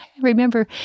remember